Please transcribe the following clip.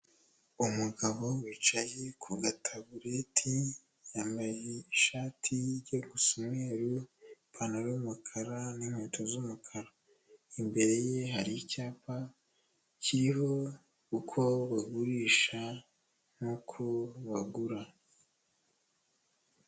Umugabo wicaye ku gatabureti, yambaye ishati ijya gusa umweru, ipantaro y'umukara n'inkweto z'umukara imbere ye hari icyapa kiriho uko bagurisha n'uko bagura.